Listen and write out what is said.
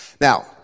Now